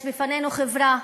יש לנו חברה